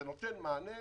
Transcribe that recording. זה נותן מענה